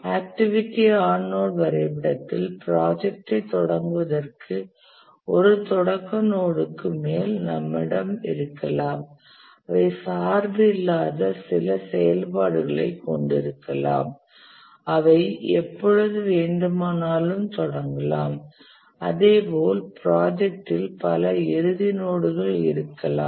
activity on node வரைபடத்தில் ப்ராஜெக்ட்ஐ தொடங்குவதற்கு ஒரு தொடக்க நோடுக்கு மேல் நம்மிடம் இருக்கலாம் அவை சார்பு இல்லாத சில செயல்பாடுகளைக் கொண்டிருக்கலாம் அவை எப்போழுது வேண்டுமானாலும் தொடங்கலாம் அதேபோல் ப்ராஜெக்டில் பல இறுதி நோடுகள் இருக்கலாம்